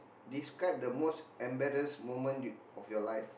describe the most embarrassed moment of your life